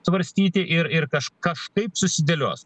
svarstyti ir ir kaž kažkaip susidėlios